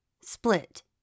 split